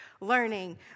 learning